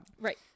Right